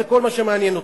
זה כל מה שמעניין אתכם,